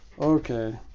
Okay